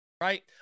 right